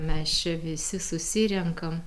mes čia visi susirenkam